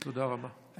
תודה רבה.